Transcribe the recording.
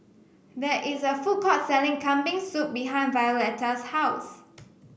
there is a food court selling Kambing Soup behind Violetta's house